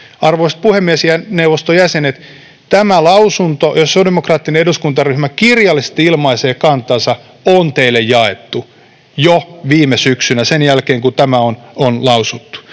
Arvoisat puhemiesneuvoston jäsenet, tämä lausunto, jossa sosiaalidemokraattinen eduskuntaryhmä kirjallisesti ilmaisee kantansa, on teille jaettu jo viime syksynä sen jälkeen, kun tämä on lausuttu,